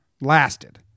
lasted